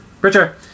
Richard